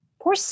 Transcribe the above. Poor